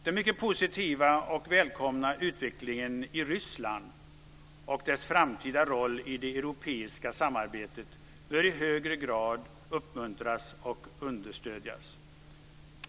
Den mycket positiva och välkomna utvecklingen i Ryssland och dess framtida roll i det europeiska samarbetet bör i högre grad uppmuntras och understödjas.